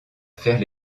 faire